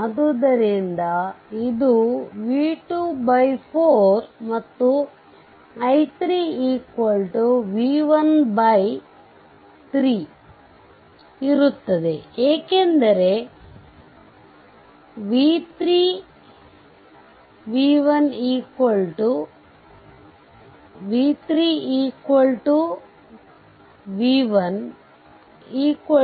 ಆದ್ದರಿಂದ ಇದು v2 4 ಮತ್ತು i3 v1 3 ಇರುತ್ತದೆ ಏಕೆಂದರೆ v3 v1 v